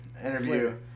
interview